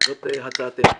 זאת הצעתנו.